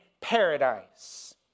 paradise